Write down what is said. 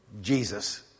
Jesus